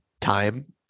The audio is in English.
time